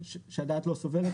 הצבעה סעיף 85(59)